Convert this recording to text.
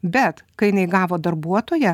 bet kai jinai gavo darbuotoją